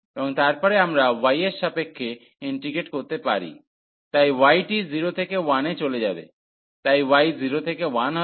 এবং তারপরে আমরা y এর সাপেক্ষে ইন্টিগ্রেট করতে পারি তাই y টি 0 থেকে 1 এ চলে যাবে তাই y 0 থেকে 1 হবে